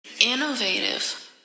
Innovative